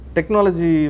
technology